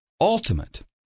ultimate